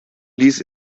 ließ